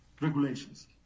regulations